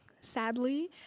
sadly